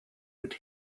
would